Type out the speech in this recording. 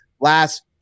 last